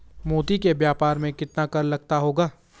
मोती के व्यापार में कितना कर लगता होगा?